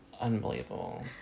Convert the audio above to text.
unbelievable